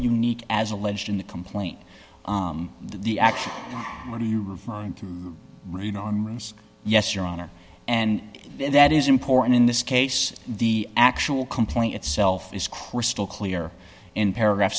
unique as alleged in the complaint the act what are you referring to read on rooms yes your honor and that is important in this case the actual complaint itself is crystal clear in paragraph